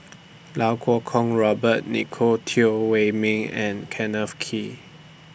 Lau Kuo Kwong Robert Nicolette Teo Wei Min and Kenneth Kee